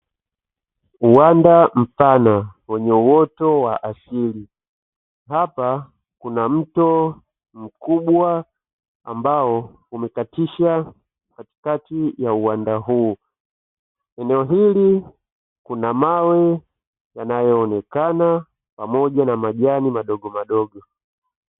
Uwanda mpana wenye uoto wa asili. Hapa kuna mto mkubwa ambao umekatisha katikati ya uwanda huu. Eneo hili kuna mawe yanayoonekana pamoja na majani madogomadogo.